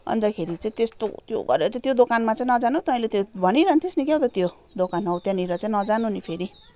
अन्तखेरि चाहिँ त्यस्तो त्यो गरेर चाहिँ त्यो दोकानमा चाहिँ नजानु तैँले त्यो भनिरहन थिइस् नि क्याउ त त्यो दोकान हौ त्यहाँनिर चाहिँ नजानु नि फेरि